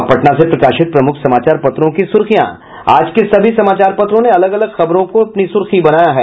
अब पटना से प्रकाशित प्रमुख समाचार पत्रों की सुर्खियां आज के सभी समाचार पत्रों ने अलग अलग खबरों को अपनी सुर्खी बनायी है